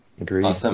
Agreed